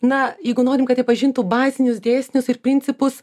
na jeigu norim kad jie pažintų bazinius dėsnius ir principus